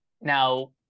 now